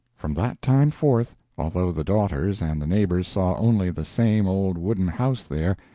from that time forth, although the daughters and the neighbors saw only the same old wooden house there,